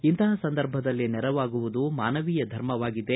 ಇಂತಪ ಸಂದರ್ಭದಲ್ಲಿ ನೆರವಾಗುವುದು ಮಾನವೀಯ ಧರ್ಮವಾಗಿದೆ